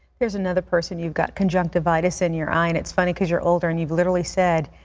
there's another person, you've got conjunctivitis in your eye, and it's funny, because you're older and you've literally said,